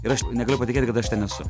ir aš negaliu patikėti kad aš ten esu